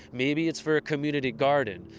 maybe it's for a community garden,